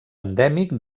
endèmic